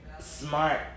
Smart